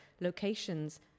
locations